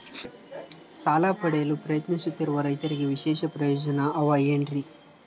ಸಾಲ ಪಡೆಯಲು ಪ್ರಯತ್ನಿಸುತ್ತಿರುವ ರೈತರಿಗೆ ವಿಶೇಷ ಪ್ರಯೋಜನ ಅವ ಏನ್ರಿ?